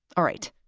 all right.